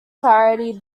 clarity